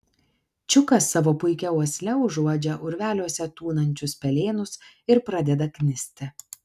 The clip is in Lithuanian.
čiukas savo puikia uosle užuodžia urveliuose tūnančius pelėnus ir pradeda knisti